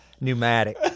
pneumatic